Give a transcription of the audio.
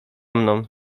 mną